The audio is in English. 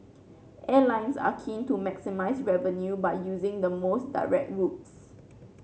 airlines are keen to maximise revenue by using the most direct routes